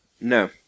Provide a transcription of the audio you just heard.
No